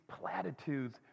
platitudes